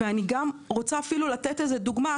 לדוגמה,